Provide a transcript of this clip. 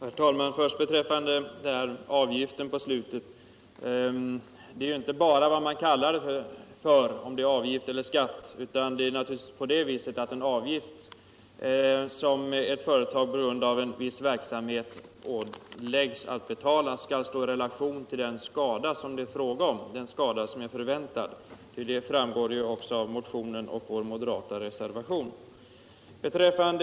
Herr talman! Beträffande avgiften vill jag säga att frågan inte bara gäller vad man kallar den — avgift eller skatt. En avgift som ett företag beroende på en viss verksamhet åläggs att betala skall naturligtvis stå i relation till den skada som förväntas. Det framgår också av motionen och av den moderata reservationen.